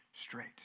straight